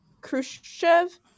khrushchev